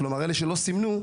אלה שלא סימנו,